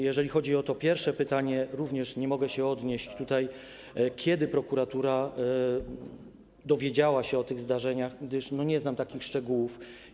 Jeżeli chodzi o pierwsze pytanie, również nie mogę się odnieść do tego, kiedy prokuratura dowiedziała się o tych zdarzeniach, gdyż nie znam takich szczegółów.